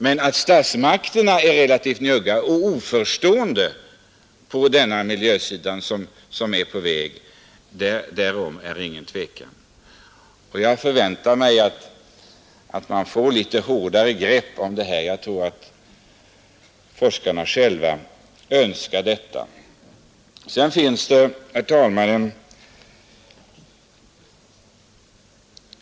Men att statsmakterna är relativt njugga och oförstående inför vad som är på väg på detta miljöområde råder det inget tvivel om. Jag förväntar mig att man tar litet hårdare grepp om detta — jag tror att forskarna själva önskar det.